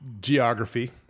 geography